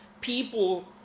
people